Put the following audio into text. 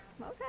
okay